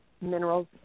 minerals